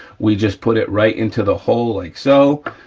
we just put it right into the hole like so,